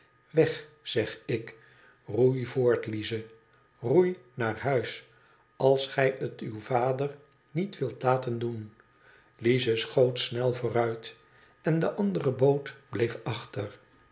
weg zeg ikl roei voort lize roei naar huis als gij het uw vader niet wilt laten doen lize schoot snel vooruit en de andere boot bleef achter